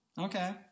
Okay